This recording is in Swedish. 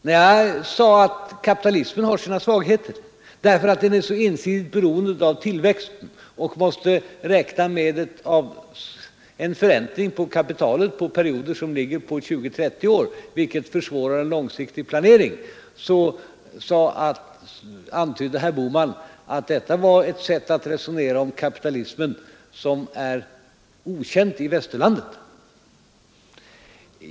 När jag sade att kapitalismen har sina svagheter därför att den är så ensidigt beroende av tillväxten och måste räkna med en förräntning av kapitalet på perioder som ligger på 20—30 år, vilket försvårar en långsiktig planering, antydde herr Bohman att detta var ett sätt att resonera om kapitalismen som är okänd i Västerlandet.